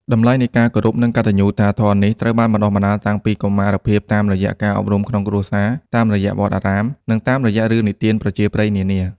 តម្លៃនៃការគោរព និងកតញ្ញុតាធម៌នេះ ត្រូវបានបណ្ដុះបណ្ដាលតាំងពីកុមារភាពតាមរយៈការអប់រំក្នុងគ្រួសារ តាមរយៈវត្តអារាម និងតាមរយៈរឿងនិទានប្រជាប្រិយនានា។